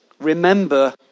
Remember